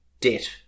debt